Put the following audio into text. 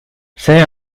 see